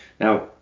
Now